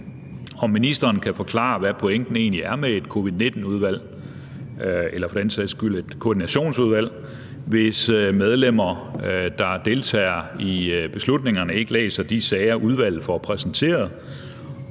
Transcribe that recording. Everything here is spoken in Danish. om ministeren kan forklare, hvad pointen egentlig er med et Covid-19 udvalg eller for den sags skyld et Koordinationsudvalg, hvis medlemmer, der deltager i beslutningerne, ikke læser de sager, som udvalget får præsenteret.